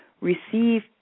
receive